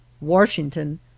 Washington